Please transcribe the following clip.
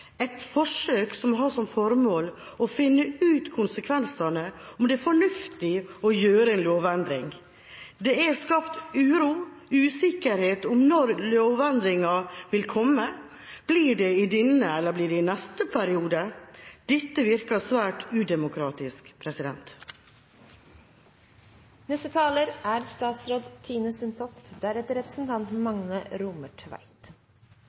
et forsøk som har som formål å finne ut konsekvensene og om det er fornuftig å gjøre en lovendring? Det er skapt uro og usikkerhet om når lovendringen vil komme. Blir det i denne eller blir det i neste periode? Dette virker svært udemokratisk.